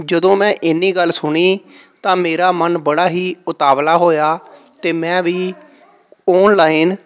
ਜਦੋਂ ਮੈਂ ਇੰਨੀ ਗੱਲ ਸੁਣੀ ਤਾਂ ਮੇਰਾ ਮਨ ਬੜਾ ਹੀ ਉਤਾਵਲਾ ਹੋਇਆ ਅਤੇ ਮੈਂ ਵੀ ਔਨਲਾਈਨ